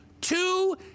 two